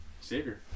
Savior